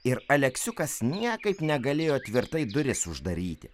ir aleksiukas niekaip negalėjo tvirtai duris uždaryti